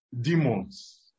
demons